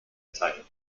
teil